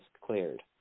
cleared